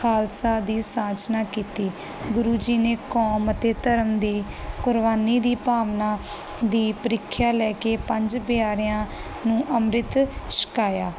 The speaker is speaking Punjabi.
ਖਾਲਸਾ ਦੀ ਸਾਜਨਾ ਕੀਤੀ ਗੁਰੂ ਜੀ ਨੇ ਕੌਮ ਅਤੇ ਧਰਮ ਦੀ ਕੁਰਬਾਨੀ ਦੀ ਭਾਵਨਾ ਦੀ ਪ੍ਰੀਖਿਆ ਲੈ ਕੇ ਪੰਜ ਪਿਆਰਿਆਂ ਨੂੰ ਅੰਮ੍ਰਿਤ ਛਕਾਇਆ